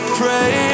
pray